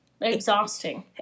exhausting